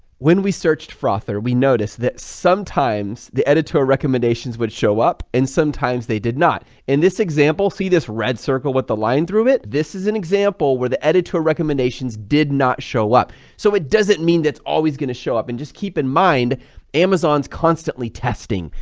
when we searched frother, we noticed that sometimes the editor recommendations would show up and sometimes they did not, in this example, see this red circle with the line through it this is an example where the editor recommendations did not show up, so it doesn't mean that's always going to show up, and just keep in mind amazon's constantly testing,